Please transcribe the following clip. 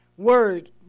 Word